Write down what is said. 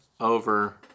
over